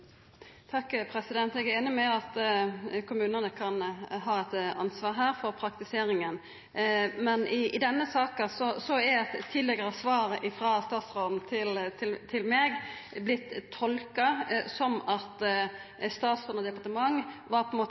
Eg er einig i at kommunane her kan ha eit ansvar for praktiseringa, men i denne saka har eit tidlegare svar frå statsråden til meg vorte tolka som at statsråd og departement var